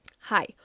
Hi